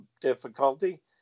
difficulty